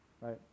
Right